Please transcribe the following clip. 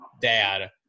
dad